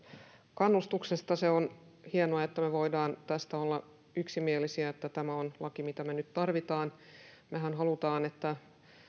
kannustuksesta se on hienoa että me voimme tästä olla yksimielisiä että tämä on laki mitä me nyt tarvitsemme mehän haluamme että